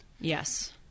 Yes